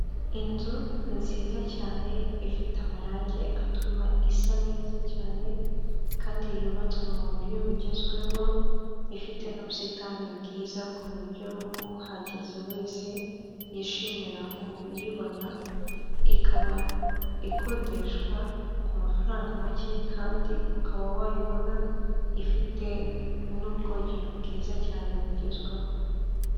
Inzu nziza cyane ifite amarangi atuma isa neza cyane kandi yubatswe mu buryo bugezweho, ifite n'ubusitani bwiza ku buryo uhageze wese yishimira kuyibona, ikaba ikodeshwa ku mafaranga make kandi ukaba wayibona ifite n'ubwogero bwiza cyane bugezweho.